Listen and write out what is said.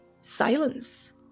Silence